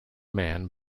man